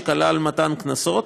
שכלל מתן קנסות,